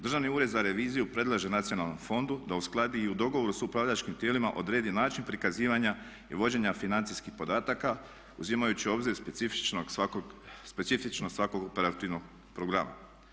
Državni ured za reviziju predlaže Nacionalnom fondu da uskladi i u dogovoru s upravljačkim tijelima odredi način prikazivanja i vođenja financijskih podataka uzimajući u obzir specifično svakog operativnog programa.